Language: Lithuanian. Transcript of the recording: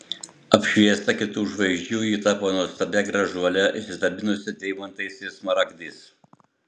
apšviesta kitų žvaigždžių ji tapo nuostabia gražuole išsidabinusia deimantais ir smaragdais